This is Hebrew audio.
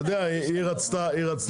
והרפורמה הזאת,